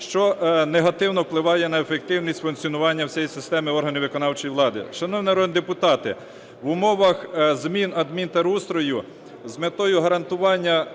що негативно впливає на ефективність функціонування всіє системи органів виконавчої влади.